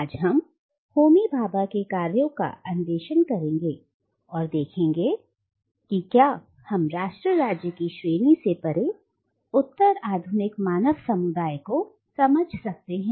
आज हम होमी भाभा के कार्यों का अन्वेषण करेंगे और देखेंगे कि क्या हम राष्ट्र राज्य की श्रेणी से परे उत्तर आधुनिक मानव समुदाय को समझ सकते हैं